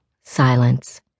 silence